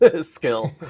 skill